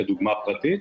כדוגמה פרטית?